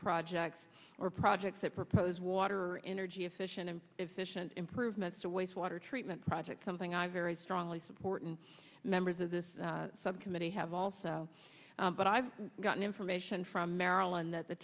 projects or projects that propose water energy efficient and efficient improvements to wastewater treatment projects something i very strongly support and members of this subcommittee have also but i've gotten information from maryland that the